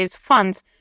funds